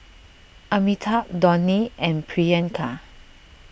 Amitabh Dhoni and Priyanka